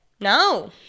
No